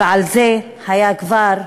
ועל זה היה כבר,